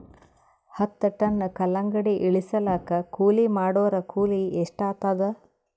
ಹತ್ತ ಟನ್ ಕಲ್ಲಂಗಡಿ ಇಳಿಸಲಾಕ ಕೂಲಿ ಮಾಡೊರ ಕೂಲಿ ಎಷ್ಟಾತಾದ?